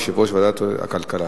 יושב-ראש ועדת הכלכלה.